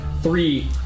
three